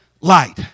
light